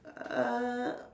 err